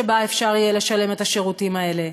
שבה אפשר יהיה לשלם את השירותים האלה.